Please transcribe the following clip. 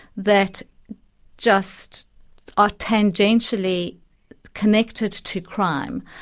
that just are tangentially connected to crime,